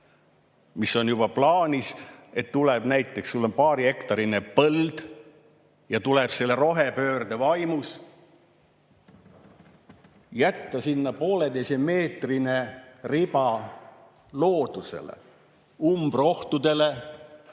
mis on juba plaanis, on sellised. Sul on näiteks paarihektariline põld ja tuleb selle rohepöörde vaimus jätta sinna pooleteisemeetrine riba loodusele, umbrohtudele,